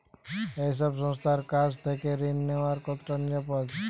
এই সব সংস্থার কাছ থেকে ঋণ নেওয়া কতটা নিরাপদ?